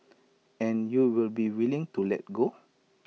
and you will be willing to let go